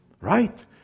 Right